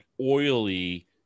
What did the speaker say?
oily